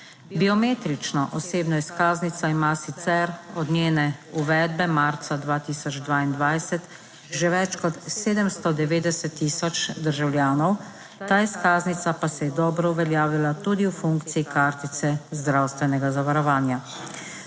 Biometrično osebno izkaznico ima sicer od njene uvedbe marca 2022 že več kot 790 tisoč državljanov, ta izkaznica pa se je dobro uveljavila tudi v funkciji kartice zdravstvenega zavarovanja.